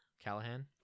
Callahan